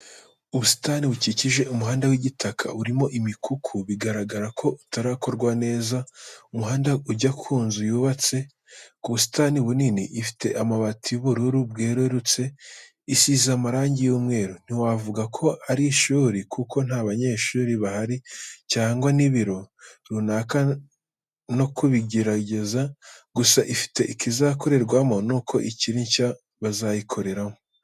Ubusitani bukikije umuhanda w'igitaka urimo imikuku, bigaragara ko utarakorwa neza, umuhanda ujya ku nzu yubatse ku busitani bunini ifite amabati y'ubururu bwererutse isize amarangi y'umweru. Ntiwavuga ko ari ishuri kuko nta banyeshuri bahari cyangwa n'ibiro runaka nta kibigaragaza, gusa ifite ikizakorerwamo, nuko ikiri nshya bazayikoreramo.